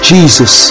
Jesus